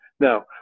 Now